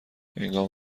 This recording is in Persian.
هنگام